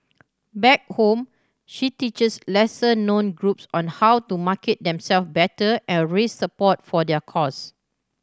back home she teaches lesser known groups on how to market themselves better and raise support for their cause